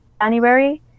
January